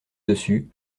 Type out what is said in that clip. dessus